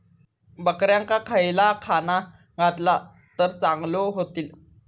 बकऱ्यांका खयला खाणा घातला तर चांगल्यो व्हतील?